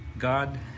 God